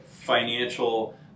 financial